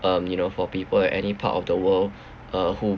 um you know for people at any part of the world uh who